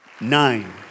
nine